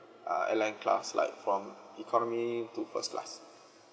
uh airline class like from economy to first class